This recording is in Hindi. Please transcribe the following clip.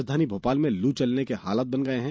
राजधानी भोपाल में लू चलने के हालत बन गये हैं